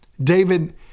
David